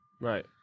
Right